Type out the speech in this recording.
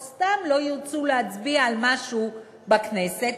או סתם לא ירצו להצביע על משהו בכנסת,